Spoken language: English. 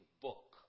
book